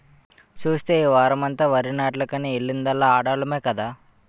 సూస్తే ఈ వోరమంతా వరినాట్లకని ఎల్లిందల్లా ఆడోల్లమే కదా